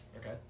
Okay